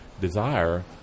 desire